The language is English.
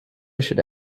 should